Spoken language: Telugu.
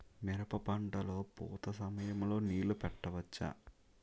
మిరప పంట లొ పూత సమయం లొ నీళ్ళు పెట్టవచ్చా?